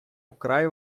вкрай